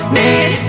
need